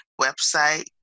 website